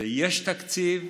ויש תקציב.